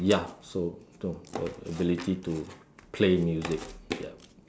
ya so the ability to play music yup